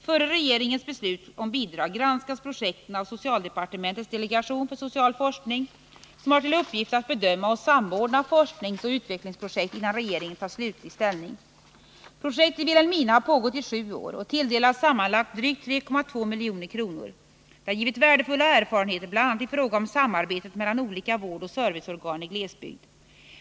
Före regeringens beslut om bidrag granskas projekten av socialdepartementets delegation för social forskning, som har till uppgift att bedöma och samordna forskningsoch utvecklingsprojekt innan regeringen tar slutlig ställning. Projektet i Vilhelmina har pågått i sju år och tilldelats sammanlagt drygt Nr 90 3,2 milj.kr. Det har givit värdefulla erfarenheter bl.a. i fråga om samarbetet Torsdagen den mellan olika vårdoch serviceorgan i glesbygd.